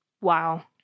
Wow